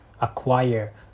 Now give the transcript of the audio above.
acquire